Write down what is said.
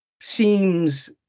seems